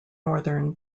northern